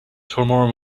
tomorrow